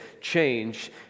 change